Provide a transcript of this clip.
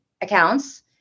accounts